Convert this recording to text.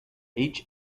each